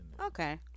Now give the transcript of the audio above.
Okay